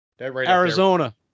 Arizona